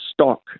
stock